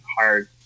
hard